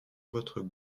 votre